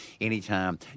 anytime